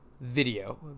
video